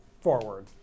forward